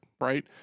right